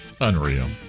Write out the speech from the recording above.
Unreal